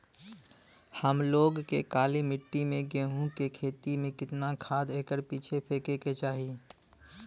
हम लोग के काली मिट्टी में गेहूँ के खेती में कितना खाद एकड़ पीछे फेके के चाही?